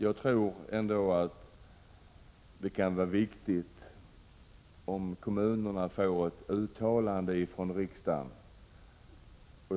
Jag tror emellertid att det i detta sammanhang kan vara viktigt att kommunerna får ett uttalande av riksdagen.